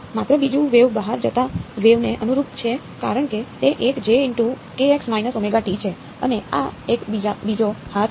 માત્ર બીજી વેવ બહાર જતા વેવ ને અનુરૂપ છે કારણ કે તે એક છે અને આ એક બીજો હાથ છે